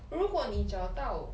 如果你找到